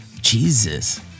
Jesus